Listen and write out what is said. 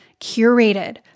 curated